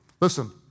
Listen